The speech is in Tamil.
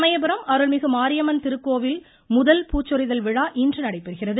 சமயபுரம் அருள்மிகு மாரியம்மன் திருக்கோவில் முதல் பூச்சொரிதல் விழா இன்று நடைபெறுகிறது